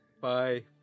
Bye